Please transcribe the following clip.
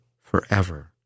forever